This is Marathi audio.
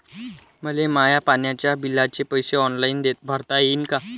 मले माया पाण्याच्या बिलाचे पैसे ऑनलाईन भरता येईन का?